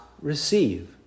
receive